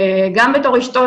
גם בתור אשתו,